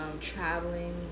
traveling